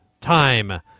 Time